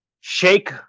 shake